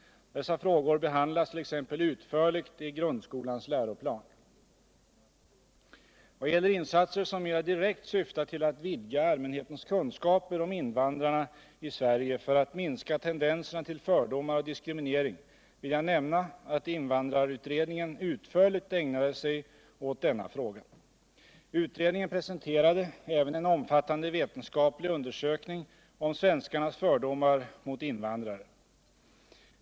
Dessa frågor behandlas utförligt i t.ex. grundskolans läroplan. I vad gäller insatser som mera direkt syftar till att vidga allmänhetens kunskaper om invandrarna i Sverige för att minska tendenserna till fördomar och diskriminering vill jag nämna att invandrarutredningen utförligt ägnade sig åt denna fråga. Utredningen presenterade även en omfattande vetenskaplig undersökning om svenskarnas fördomar mot invandrare.